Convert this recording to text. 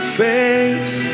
face